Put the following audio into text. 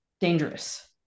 dangerous